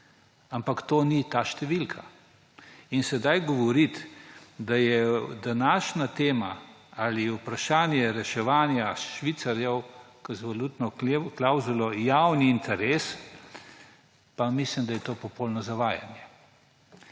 Ampak to ni ta številka. In sedaj govoriti, da je današnja tema ali vprašanje reševanje švicarjev z valutno klavzulo javni interes, pa mislim, da je to popolno zavajanje.